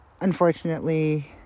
Unfortunately